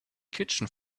kitchen